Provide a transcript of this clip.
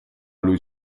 lui